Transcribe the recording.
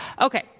Okay